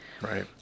Right